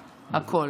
תודה.